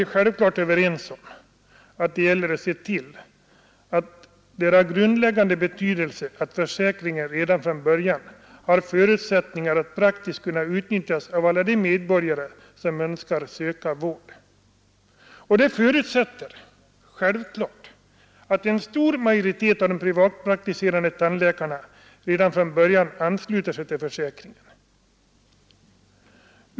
Vi är givetvis överens om att det är av grundläggande betydelse att försäkringen redan från början har förutsättningar att praktiskt kunna utnyttjas av alla de medborgare som önskar söka vård. Detta förutsätter att en stor majoritet av de privatpraktiserande tandläkarna redan från början ansluter sig till försäkringen.